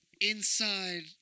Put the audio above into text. inside